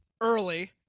early